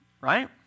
right